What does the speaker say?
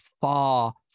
far